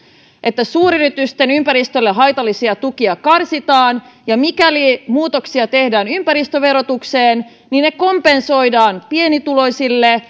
että suuryritysten ympäristölle haitallisia tukia karsitaan ja mikäli muutoksia tehdään ympäristöverotukseen niin ne kompensoidaan pienituloisille